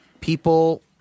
people